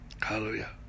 Hallelujah